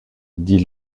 dit